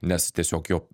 nes tiesiog jo